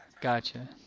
Gotcha